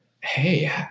hey